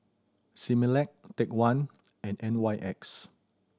Similac Take One and N Y X